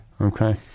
Okay